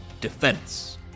Defense